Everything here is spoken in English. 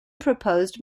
proposed